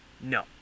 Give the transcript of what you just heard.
No